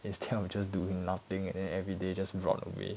instead of just doing nothing and then everyday just rot away